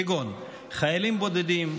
כגון חיילים בודדים,